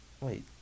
Wait